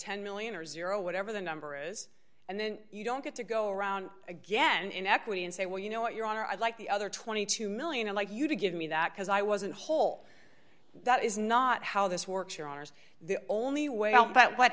ten million or zero whatever the number is and then you don't get to go around again in equity and say well you know what your honor i'd like the other twenty two million and like you to give me that because i wasn't whole that is not how this works your honour's the only way out but what